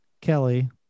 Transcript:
Kelly